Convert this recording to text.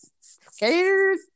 scared